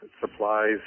supplies